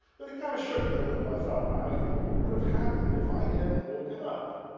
but it kind of shook me a little. i thought, wow, you know, what would have happened if i hadn't woken up?